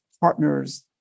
partners